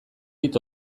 dit